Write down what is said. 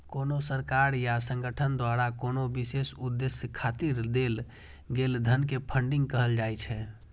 कोनो सरकार या संगठन द्वारा कोनो विशेष उद्देश्य खातिर देल गेल धन कें फंडिंग कहल जाइ छै